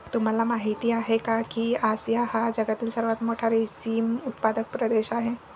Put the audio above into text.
तुम्हाला माहिती आहे का की आशिया हा जगातील सर्वात मोठा रेशीम उत्पादक प्रदेश आहे